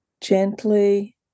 Gently